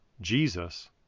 Jesus